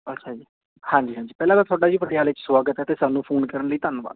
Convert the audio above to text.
ਅੱਛਾ ਜੀ ਹਾਂਜੀ ਹਾਂਜੀ ਪਹਿਲਾਂ ਤਾਂ ਤੁਹਾਡਾ ਜੀ ਪਟਿਆਲੇ 'ਚ ਸਵਾਗਤ ਹੈ ਅਤੇ ਸਾਨੂੰ ਫ਼ੋਨ ਕਰਨ ਲਈ ਧੰਨਵਾਦ